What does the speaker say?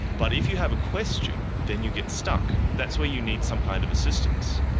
but if you have a question, then you get stuck. that's where you need some kind of assistance.